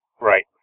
Right